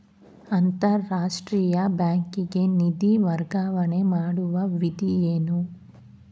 ಅಂತಾರಾಷ್ಟ್ರೀಯ ಬ್ಯಾಂಕಿಗೆ ನಿಧಿ ವರ್ಗಾವಣೆ ಮಾಡುವ ವಿಧಿ ಏನು?